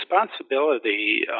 responsibility